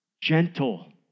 gentle